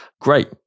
great